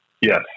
Yes